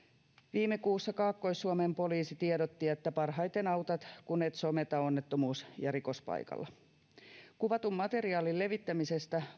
viime kuussa kaakkois suomen poliisi tiedotti että parhaiten autat kun et someta onnettomuus ja rikospaikalla kuvatun materiaalin levittämisestä